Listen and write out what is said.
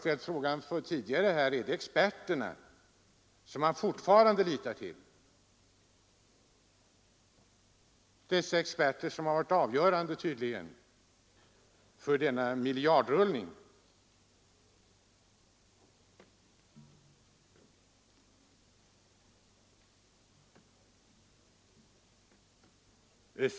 Låt mig upprepa min tidigare ställda fråga: Litar man fortfarande till de experter som tydligen haft det avgörande ansvaret för denna miljardrullning?